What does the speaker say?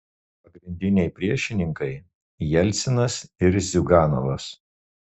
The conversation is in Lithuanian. pagrindiniai priešininkai jelcinas ir ziuganovas